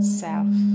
self